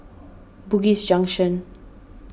Bugis Junction